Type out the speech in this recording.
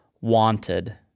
wanted